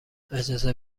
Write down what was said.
اجازه